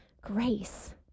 grace